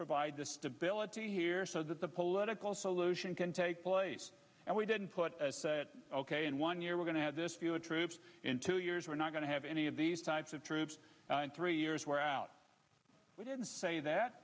provide the stability here so that the political solution can take place and we didn't put ok and one year we're going to have this view of troops in two years we're not going to have any of these types of troops three years we're out we didn't say that